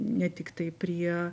ne tiktai prie